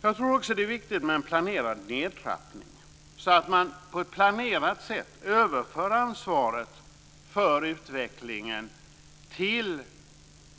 Jag tror också att det är viktigt med en planerad nedtrappning, så att man på ett planerat sätt överför ansvaret för utvecklingen till